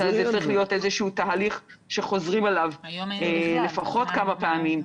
זה צריך להיות איזה תהליך שחוזרים עליו לפחות כמה פעמים,